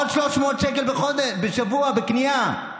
עוד 300 שקל בשבוע בקנייה,